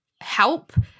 help